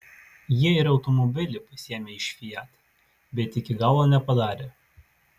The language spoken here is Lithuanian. jie ir automobilį pasiėmė iš fiat bet iki galo nepadarė